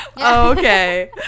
okay